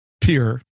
peer